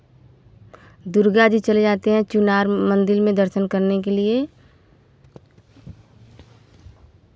दुर्गा जी चले जाते हैं चुनार मंदिर में दर्शन करने के लिए